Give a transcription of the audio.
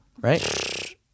right